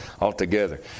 altogether